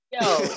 Yo